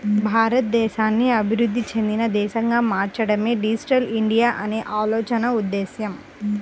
భారతదేశాన్ని అభివృద్ధి చెందిన దేశంగా మార్చడమే డిజిటల్ ఇండియా అనే ఆలోచన ఉద్దేశ్యం